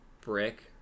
Brick